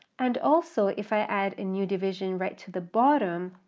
and also if i add a new division right to the bottom,